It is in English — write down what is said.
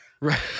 right